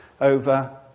over